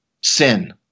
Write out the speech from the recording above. sin